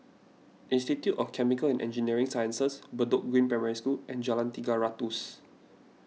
Institute of Chemical and Engineering Sciences Bedok Green Primary School and Jalan Tiga Ratus